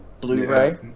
Blu-ray